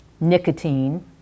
nicotine